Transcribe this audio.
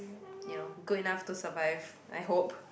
you know good enough to survive I hope